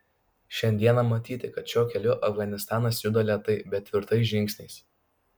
šiandieną matyti kad šiuo keliu afganistanas juda lėtai bet tvirtais žingsniais